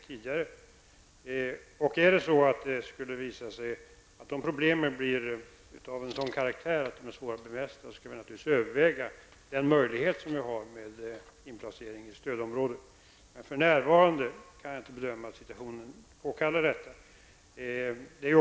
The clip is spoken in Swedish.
Skulle det visa sig att problemen blir av en sådan karaktär att de är svåra att bemästra, skall vi naturligtvis överväga den möjlighet som finns i form av inplacering i stödområde. Men för närvarande kan jag inte se att situationen påkallar detta.